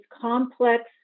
complex